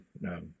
no